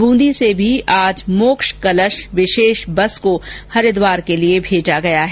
ब्रंदी से भी आज मोक्ष कलश विशेष बस को हरिद्वार के लिए भेजा गया है